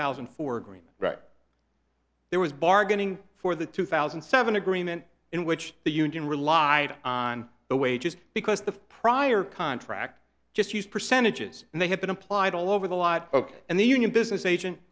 thousand and four green right there was bargaining for the two thousand and seven agreement in which the union relied on the wages because the prior contract just used percentages and they have been implied all over the lot ok and the union business agent